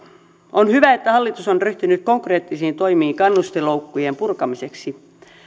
on hyvä että hallitus on ryhtynyt konkreettisiin toimiin kannustinloukkujen purkamiseksi